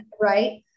right